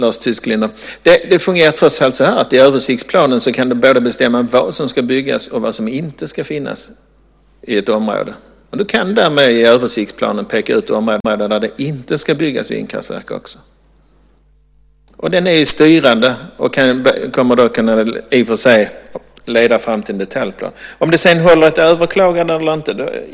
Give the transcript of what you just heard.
Fru talman! Det fungerar så, Lars Tysklind, att man i översiktsplanen kan bestämma både vad som ska byggas och vad som inte ska finnas i ett område. Du kan därmed i översiktsplanen också peka ut områden där det inte ska byggas vindkraftverk. Den är styrande och kan leda fram till en detaljplan.